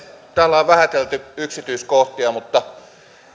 täällä on vähätelty yksityiskohtia mutta